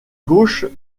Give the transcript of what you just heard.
gauche